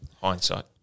hindsight